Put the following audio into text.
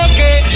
Okay